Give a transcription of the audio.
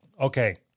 Okay